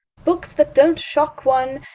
books that don't shock one,